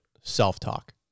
self-talk